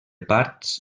parts